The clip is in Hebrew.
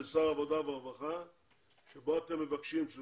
שר הרווחה בהתייעצות עם